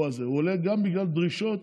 הוא עולה גם בגלל דרישות